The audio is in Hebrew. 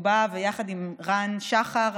שבאה לפה ויחד עם רן שחר,